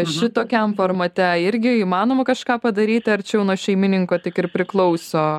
šitokiam formate irgi įmanoma kažką padaryti ar čia jau nuo šeimininko tik ir priklauso